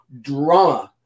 drama